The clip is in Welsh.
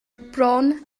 bron